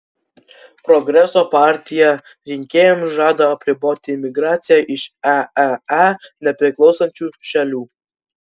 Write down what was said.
progreso partija rinkėjams žada apriboti imigraciją iš eee nepriklausančių šalių